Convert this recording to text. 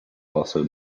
also